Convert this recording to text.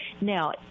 Now